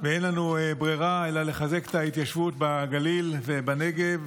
ואין לנו ברירה אלא לחזק את ההתיישבות בגליל ובנגב,